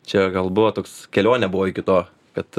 čia gal buvo toks kelionė buvo iki to kad